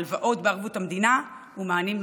הלוואות בערבות המדינה ומענים נוספים,